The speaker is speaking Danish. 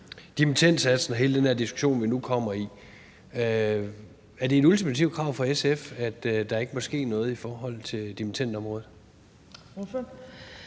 dimittendsatsen og hele den der diskussion, vi nu kommer i. Er det et ultimativt krav fra SF, at der ikke må ske noget i forhold til dimittendområdet? Kl.